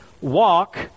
walk